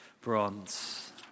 bronze